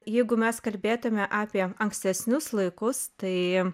jeigu mes kalbėtume apie ankstesnius laikus tai